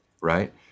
right